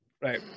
Right